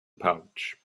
pouch